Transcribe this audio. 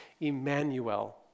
Emmanuel